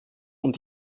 und